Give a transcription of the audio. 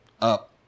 up